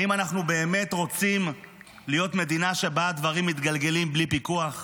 האם אנחנו באמת רוצים להיות מדינה שבה הדברים מתגלגלים בלי פיקוח?